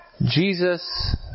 Jesus